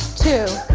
two,